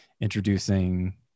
introducing